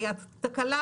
הייתה תקלה,